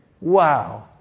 wow